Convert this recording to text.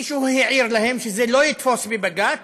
מישהו העיר להם שזה לא יתפוס בבג"ץ,